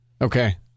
Okay